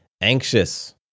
anxious